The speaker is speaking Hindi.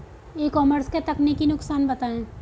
ई कॉमर्स के तकनीकी नुकसान बताएं?